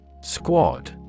Squad